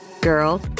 Girl